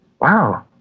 wow